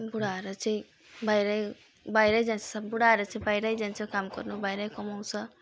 बुढाहरू चाहिँ बाहिरै बाहिरै जान्छ सब बुढाहरू चाहिँ बाहिरै जान्छ काम खोज्नु बाहिरै कमाउँछ